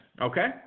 Okay